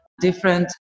different